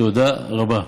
תודה רבה.